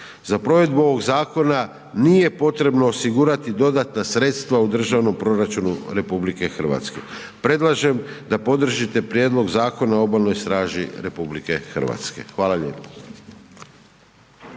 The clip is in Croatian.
Za provedbu ovog zakona nije potrebno osigurati dodatna sredstva u državnom proračunu RH. Predlažem da podržite Prijedlog zakona o Obalnoj straži RH. Hvala lijepo.